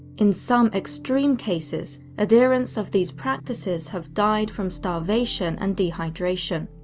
in some extreme cases, adherents of these practices have died from starvation and dehydration,